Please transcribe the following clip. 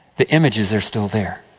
the images are still there.